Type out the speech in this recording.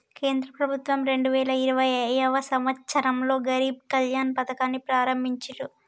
కేంద్ర ప్రభుత్వం రెండు వేల ఇరవైయవ సంవచ్చరంలో గరీబ్ కళ్యాణ్ పథకాన్ని ప్రారంభించిర్రు